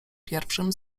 pierwszym